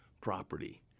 property